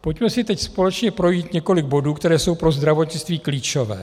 Pojďme si teď společně projít několik bodů, které jsou pro zdravotnictví klíčové.